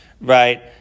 right